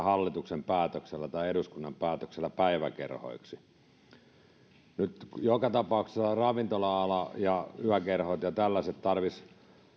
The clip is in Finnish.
hallituksen päätöksellä tai eduskunnan päätöksellä päiväkerhoiksi nyt joka tapauksessa ravintola ala ja yökerhot ja tällaiset tarvitsisivat